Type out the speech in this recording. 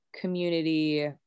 community